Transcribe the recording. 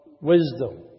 wisdom